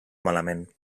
malament